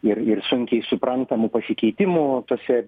ir ir sunkiai suprantamų pasikeitimo tose